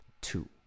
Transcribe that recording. two